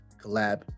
collab